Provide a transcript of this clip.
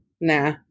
nah